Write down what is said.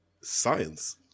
science